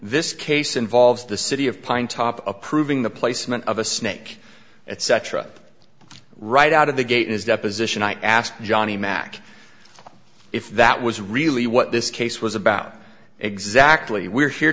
this case involves the city of pine top approving the placement of a snake etc right out of the gate is deposition i asked johnny mac if that was really what this case was about exactly we're here